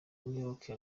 muyoboke